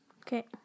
Okay